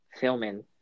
filming